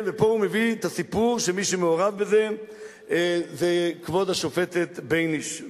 פה הוא מביא את הסיפור שמי שמעורבת בזה היא כבוד השופטת בייניש,